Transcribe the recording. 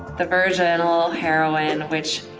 the virginal heroine which,